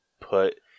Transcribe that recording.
put